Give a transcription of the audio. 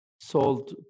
sold